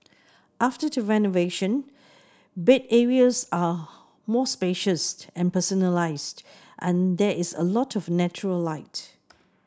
after the renovation bed areas are more spacious and personalised and there is a lot of natural light